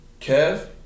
Kev